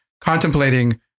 contemplating